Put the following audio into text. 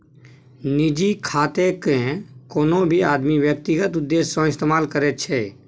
निजी खातेकेँ कोनो भी आदमी व्यक्तिगत उद्देश्य सँ इस्तेमाल करैत छै